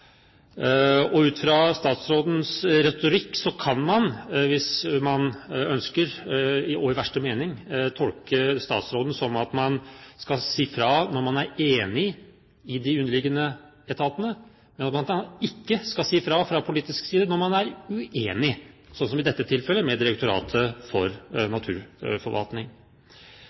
Ut fra statsrådens retorikk kan man – hvis man ønsker, og i verste mening – tolke statsråden som at man skal si fra når man er enig med de underliggende etatene, men at man fra politisk side ikke skal si fra når man er uenig, sånn som i dette tilfellet, med Direktoratet for naturforvaltning.